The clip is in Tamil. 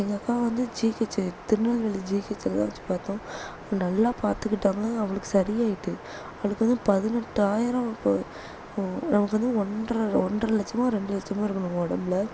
எங்கள் அக்கா வந்து ஜிஹெச்சி திருநெல்வேலி ஜிஹெச்சில் தான் வச்சு பார்த்தோம் நல்லா பார்த்துக்கிட்டாங்க அவளுக்கு சரியாகிட்டு அடுத்தது பதினெட்டாயிரம் இப்போ நமக்கு வந்து ஒன்றரை ஒன்றரை லட்சமோ ரெண்டு லட்சமோ இருக்கணும் உடம்புல